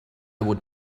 would